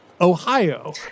Ohio